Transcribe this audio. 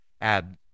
add